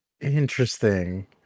Interesting